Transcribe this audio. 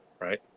Right